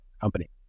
company